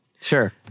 Sure